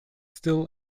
still